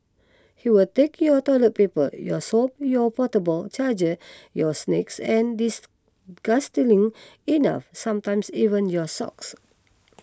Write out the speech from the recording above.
he will take your toilet paper your soap your portable charger your snacks and enough sometimes even your socks